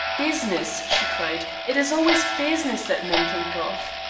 business! she cried, it is always business that men think of.